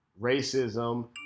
racism